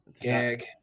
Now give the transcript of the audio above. Gag